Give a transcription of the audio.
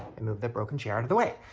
the broken chair out of the way.